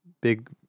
Big